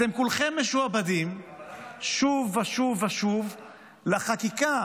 אתם כולכם משועבדים שוב ושוב ושוב לחקיקה